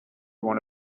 one